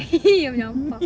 menyampah